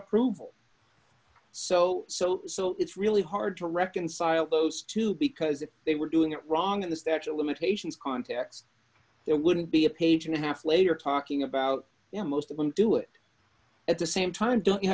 approval so so so it's really hard to reconcile those d two because if they were doing it wrong in the statue of limitations contacts there wouldn't be a page and a half later talking about you know most of them do it at the same time don't you